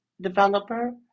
developer